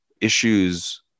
issues